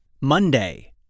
Monday